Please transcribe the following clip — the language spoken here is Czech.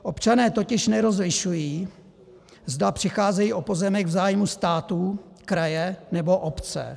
Občané totiž nerozlišují, zda přicházejí o pozemek v zájmu státu, kraje, nebo obce.